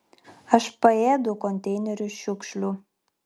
aš paėdu konteinerių šiukšlių